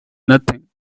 nothing